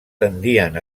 tendien